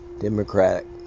Democratic